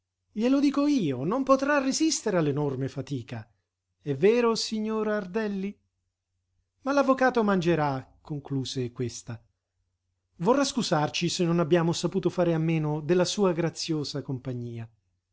glielo dico io non potrà resistere all'enorme fatica è vero signora ardelli ma l'avvocato mangerà concluse questa vorrà scusarci se non abbiamo saputo fare a meno della sua graziosa compagnia